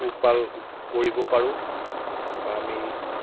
পোহপাল কৰিব পাৰোঁ বা আমি